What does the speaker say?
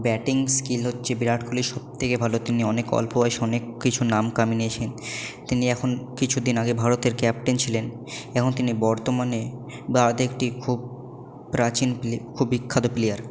batting skill হচ্ছে বিরাট কোহলি সব থেকে ভালো তিনি অনেক অল্প বয়সে অনেক কিছু নাম কামিয়ে নিয়েছেন তিনি এখন কিছু দিন আগে ভারতের ক্যাপ্টেন ছিলেন এবং তিনি বর্তমানে বা খুব প্রাচীন খুব বিখ্যত প্লেয়ার